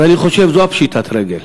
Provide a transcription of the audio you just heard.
אז אני חושב שזו פשיטת הרגל.